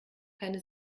keine